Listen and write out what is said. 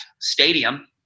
stadium